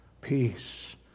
peace